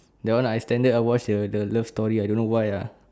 that one I standard I watch the the love story I don't know why ah